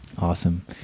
Awesome